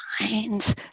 minds